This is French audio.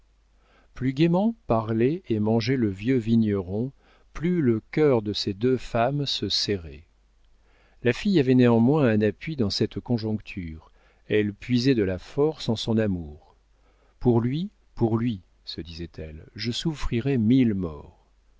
plus gaiement parlait et mangeait le vieux vigneron plus le cœur de ces deux femmes se serrait la fille avait néanmoins un appui dans cette conjoncture elle puisait de la force en son amour pour lui pour lui se disait-elle je souffrirais mille morts